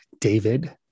David